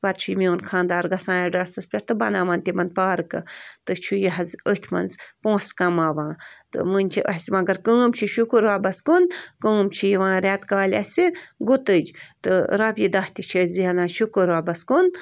پتہٕ چھُ یہِ میٛون خانٛدار گَژھان ایڈرَسَس پٮ۪ٹھ تہٕ بَناوان تِمن پارکہٕ تہٕ چھُ یہِ حظ أتھۍ منٛز پۄنٛسہٕ کَماوان تہٕ وُنۍ چھِ اَسہِ مگر کٲم چھِ شُکُر رۅبس کُن کٲم چھِ یِوان رٮ۪تہٕ کالہِ اَسہِ گُتٕج تہٕ رۄپیہِ دَہ تہِ چھِ أسۍ زٮ۪نان شُکُر رۅبس کُن